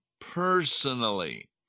personally